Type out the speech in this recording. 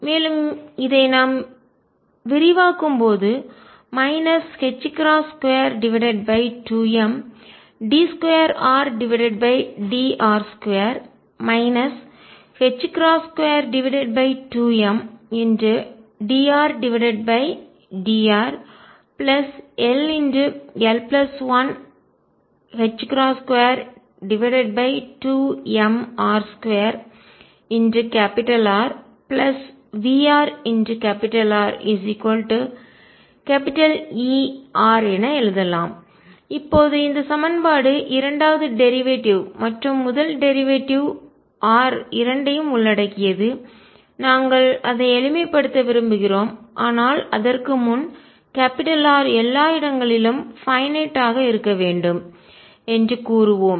மேலும் இதை நாம் விரிவாக்கும்போது 22md2Rdr2 22mdRdrll122mr2RVrRER என எழுதலாம் இப்போது இந்த சமன்பாடு இரண்டாவது டேரிவேட்டிவ் வழித்தோன்றல் மற்றும் முதல் டேரிவேட்டிவ் r வழித்தோன்றல் இரண்டையும் உள்ளடக்கியது நாங்கள் அதை எளிமைப்படுத்த விரும்புகிறோம் ஆனால் அதற்கு முன் R எல்லா இடங்களிலும் பைன்நட் வரையறுக்கப்பட்டதாக ஆக இருக்க வேண்டும் என்று கூறுவோம்